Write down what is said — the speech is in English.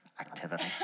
activity